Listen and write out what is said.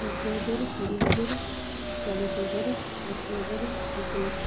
ଦଶ ହଜାର କୋଡ଼ିଏ ହଜାର ଚାଳିଶି ହଜାର ଅଶୀ ହଜାର ଏକ ଲକ୍ଷ